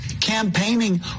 campaigning